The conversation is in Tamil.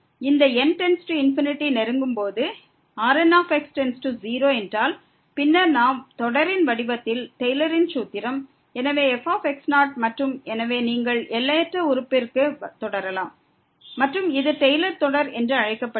இந்த n→∞ நெருங்கும் போது Rn→0 என்றால் பின்னர் நாம் தொடரின் வடிவத்தில் டெய்லரின் சூத்திரம் இருக்கிறது எனக் கூறலாம் எனவே f மற்றும் நீங்கள் எல்லையற்ற உறுப்பிற்கு தொடரலாம் மற்றும் இது டெய்லர் தொடர் என்று அழைக்கப்படுகிறது